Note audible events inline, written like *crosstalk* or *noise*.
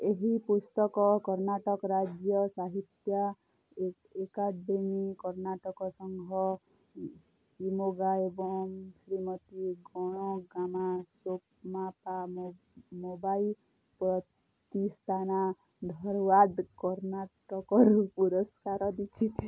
ଏହି ପୁସ୍ତକ କର୍ଣ୍ଣାଟକ ରାଜ୍ୟ ସାହିତ୍ୟା ଏକା ଏକାଡ଼େମୀ କର୍ଣ୍ଣାଟକ ସଂଘ *unintelligible* ଶିମୋଗା ଏବଂ ଶ୍ରୀମତୀ ଗଣଗାମା ସୋମାପା ମୋବାଇ ପ୍ରତିସ୍ତାନା ଧରୱାଡ଼ କର୍ଣ୍ଣାଟକରୁ ପୁରସ୍କାର ଜିତିଛି